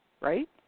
Right